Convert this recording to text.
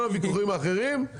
כל הוויכוחים האחרים,